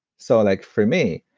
so like for me,